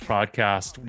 Podcast